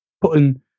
putting